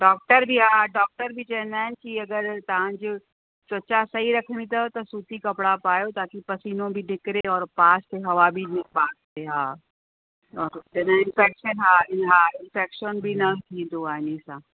doctor बि हा doctor बि चईंदा आहिनि कि अगरि तव्हां जो त्वचा सही रखणी अथव त सूती कपिड़ा पायो ताकि पसीनो बि निकिरे और पास थिए हवा बि हवा बि पास थिए हा और चईंदा आहिनि इनफ़ेक्शन हा इनफ़ेक्शन बि न थींदो आहे इन सां